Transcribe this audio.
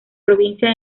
provincia